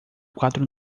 quatro